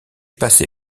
passé